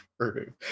true